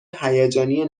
هیجانی